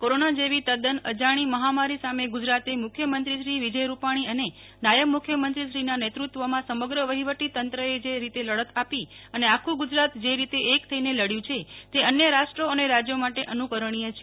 corona જેવી તદ્દન અજાણી મહામારી સામે ગુજરાતે મુખ્યમંત્રી શ્રી વિજયભાઈ રૂપાણી અને નાથબ મુખ્યમંત્રીશ્રીના નેતૃત્વમાં સમગ્ર વહિવટી તંત્રએ જે રીતે લડત આપી અને આખું ગુજરાત જે રીતે એક થઈને લડયું છે તે અન્ય રાષ્ટ્રો અને રાજ્યો માટે અનુકરણીય છે